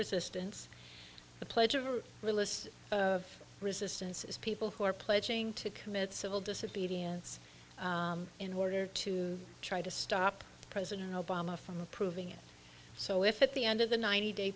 resistance the pledge of a list of resistance is people who are pledging to commit civil disobedience in order to try to stop president obama from approving it so if at the end of the ninety day